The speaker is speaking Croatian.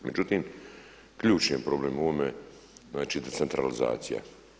Međutim, ključni je problem u ovome, znači decentralizacija.